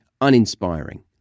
uninspiring